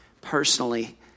personally